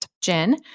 Jen